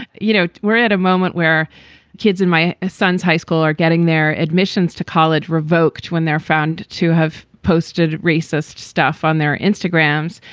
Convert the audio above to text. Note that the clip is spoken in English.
you know, we're at a moment where kids in my ah son's high school are getting their admissions to college revoked when they're found to have posted racist stuff on their instagram.